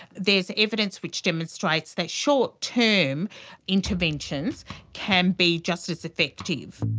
there's evidence which demonstrates that short-term interventions can be just as effective.